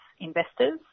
investors